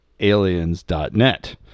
Aliens.net